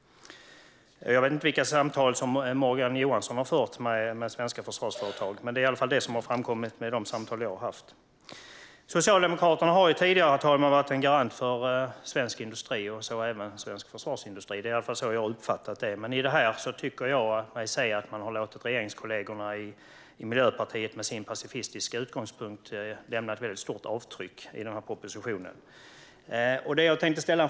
Jag vet inte vilka samtal Morgan Johansson har haft med svenska försvarsföretag. Men det är i alla fall vad som har framkommit vid de samtal jag har haft. Herr talman! Socialdemokraterna har tidigare varit en garant för svensk industri, även svensk försvarsindustri. Det är i alla fall så jag har uppfattat det. Men jag tycker mig se att man har låtit regeringskollegorna i Miljöpartiet, som har en pacifistisk utgångspunkt, lämna ett stort avtryck i den här propositionen. Herr talman!